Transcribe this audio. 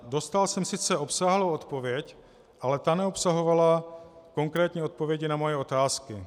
Dostal jsem sice obsáhlou odpověď, ale ta neobsahovala konkrétní odpovědi na moje otázky: